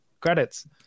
credits